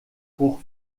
pour